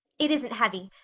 it isn't heavy.